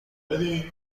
جالبه